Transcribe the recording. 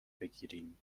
بگیریم